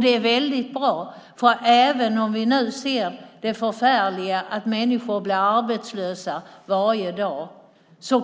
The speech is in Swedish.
Det är väldigt bra, för även om vi nu ser det förfärliga att människor blir arbetslösa varje dag